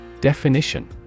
Definition